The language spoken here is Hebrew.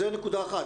זאת נקודה אחת.